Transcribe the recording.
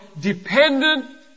dependent